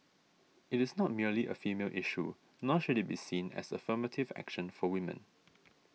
it is not merely a female issue nor should it be seen as a affirmative action for women